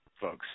folks